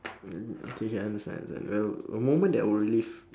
okay can I understand I understand t~ the moment that I would relive